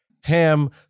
Ham